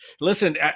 Listen